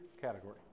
category